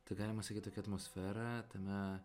tai galima sakyt tokia atmosfera tame